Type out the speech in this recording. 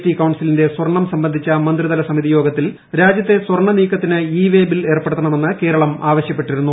T കൌൺസിലിന്റെ സ്വർണം സംബന്ധിച്ച മന്ത്രിതല സമിതിയോഗത്തിൽ രാജ്യത്തെ സ്വർണനീക്കത്തിന് ഇ വേ ബിൽ ഏർപ്പെടുത്തണമെന്ന് കേരളം ആവശ്യപ്പെട്ടിരുന്നു